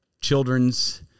children's